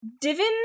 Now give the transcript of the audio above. Divin